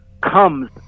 comes